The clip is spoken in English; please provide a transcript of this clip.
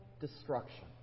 destruction